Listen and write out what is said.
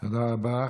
תודה רבה.